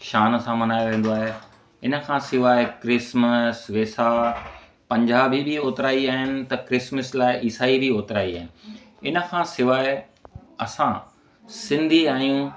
शान सां मल्हायो वेंदो आहे हिन खां सवाइ क्रिसमस वैसा पंजाबी बि ओतिरा ई आहिनि त क्रिसमस लाइ ईसाई बि ओतिरा ई आहिनि हिन खां सवाइ असां सिंधी आहियूं